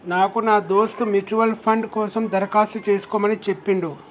నాకు నా దోస్త్ మ్యూచువల్ ఫండ్ కోసం దరఖాస్తు చేసుకోమని చెప్పిండు